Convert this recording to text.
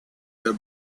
their